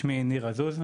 שמי ניר עזוז.